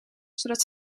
zodat